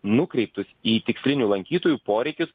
nukreiptus į tikslinių lankytojų poreikius